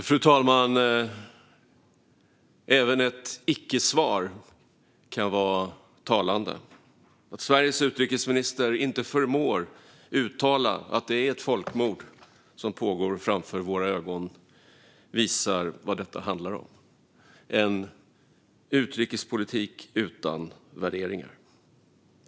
Fru talman! Även ett icke-svar kan vara talande. Att Sveriges utrikesminister inte förmår uttala att det är ett folkmord som pågår framför våra ögon visar vad detta handlar om - en utrikespolitik utan värderingar.